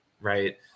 right